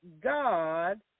God